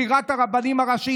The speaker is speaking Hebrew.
בחירת הרבנים הראשיים.